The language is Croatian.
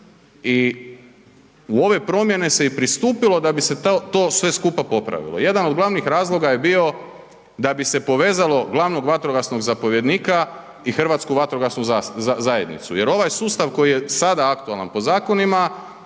i u ove promjene se i pristupilo da bi se to sve skupa popravilo. Jedan od glavnih razloga je bio da bi se povezalo glavnog vatrogasnog zapovjednika i Hrvatsku vatrogasnu zajednicu jer ovaj sustav koji je sada aktualan po zakonima,